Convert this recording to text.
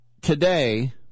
today